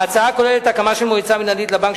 ההצעה כוללת הקמה של מועצה מינהלית לבנק,